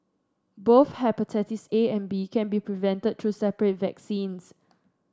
both hepatitis A and B can be prevented through separate vaccines